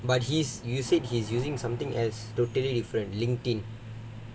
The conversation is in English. but he's you said he's using something as totally different LinkedIn